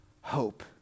hope